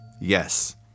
yes